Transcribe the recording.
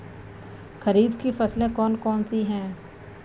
खरीफ की फसलें कौन कौन सी हैं?